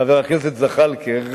חבר הכנסת זחאלקה,